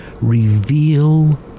reveal